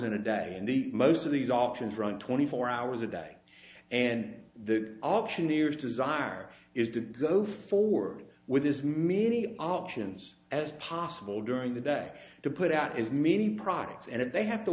in a day and the most of these auctions run twenty four hours a day and the auctioneer is desire is to go forward with his many options as possible during the day to put out is many products and if they have to